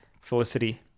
felicity